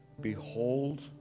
Behold